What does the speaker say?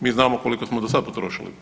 Mi znamo koliko smo do sada potrošili.